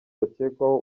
bakekwaho